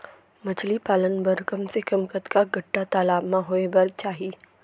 मछली पालन बर कम से कम कतका गड्डा तालाब म होये बर चाही?